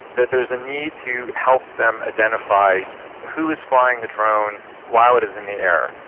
that there is a need to help them identify who is flying the drone while it is in the air.